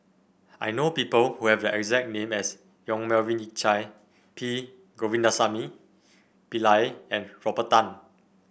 I know people who have the exact name as Yong Melvin Yik Chye P Govindasamy Pillai and Robert Tan